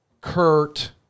Kurt